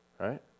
Right